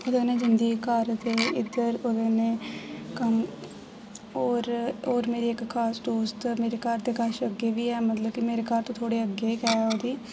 ओह्दे कन्नै जंदी ही घर ते इद्धर ओह्दे कन्नै कम्म होर होर मेरी इक खास दोस्त मेरे घर दे कश अग्गें बी ऐ मेरे घर तो थोह्डे़ अग्गें गै ओह् बी